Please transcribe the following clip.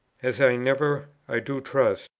as i never, i do trust,